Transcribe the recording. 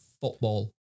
football